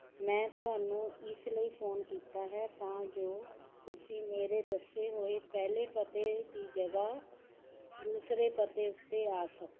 ਮੈਂ ਤੁਹਾਨੂੰ ਇਸ ਲਈ ਫ਼ੋਨ ਕੀਤਾ ਹੈ ਤਾਂ ਜੋ ਤੁਸੀਂ ਮੇਰੇ ਦੱਸੇ ਹੋਏ ਪਹਿਲੇ ਪਤੇ ਦੀ ਜਗ੍ਹਾ ਦੂਸਰੇ ਪਤੇ ਉੱਤੇ ਆ ਸਕੋ